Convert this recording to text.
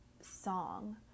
song